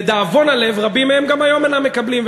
לדאבון הלב, רבים מהם גם היום אינם מקבלים.